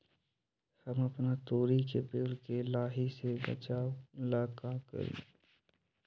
हम अपना तोरी के पेड़ के लाही से बचाव ला का करी?